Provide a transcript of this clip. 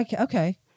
Okay